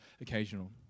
occasional